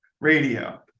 radio